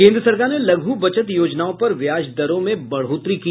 केन्द्र सरकार ने लघु बचत योजनाओं पर ब्याज दरों में बढ़ोतरी की